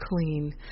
clean